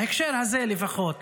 בהקשר הזה לפחות,